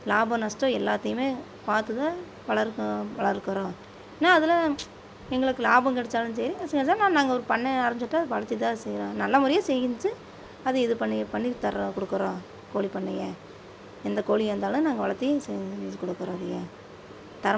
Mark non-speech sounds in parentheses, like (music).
லாபம் நஷ்டம் எல்லாத்தையும் பார்த்து தான் வளர்க்கி வளர்க்கிறோம் என்னா அதில் எங்களுக்கு லாபம் கிடைச்சாலும் சரி நஷ்டம் கிடைச்சாலும் நாங்கள் ஒரு பண்ணை ஆரம்மிச்சிட்டா அது வளர்த்து தான் செய்கிறோம் நல்ல முறையா செஞ்சு அது இது பண்ணி பண்ணி தர்றோம் குடுக்குறோம் கோழிப் பண்ணையில் எந்த கோழி வந்தாலும் நாங்கள் வளத்தி செஞ்சு கொடுக்குறோம் (unintelligible) தரம்